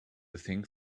think